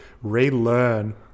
relearn